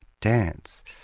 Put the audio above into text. Dance